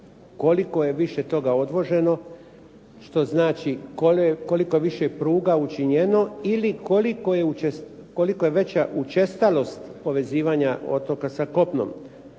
koliko je više toga odvoženo, što znači koliko je više pruga učinjeno ili koliko je veća učestalost povezivanja otoka sa kopnom.